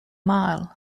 mile